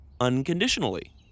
unconditionally